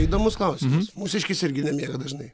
įdomus klausimas mūsiškis irgi nemiega dažnai